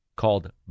called